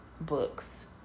books